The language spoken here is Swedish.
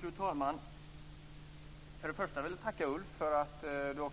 Fru talman! För det första vill jag tacka Ulf Nilsson för att